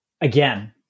again